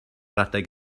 adeg